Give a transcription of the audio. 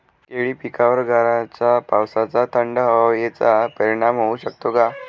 केळी पिकावर गाराच्या पावसाचा, थंड हवेचा परिणाम होऊ शकतो का?